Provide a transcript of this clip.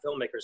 filmmakers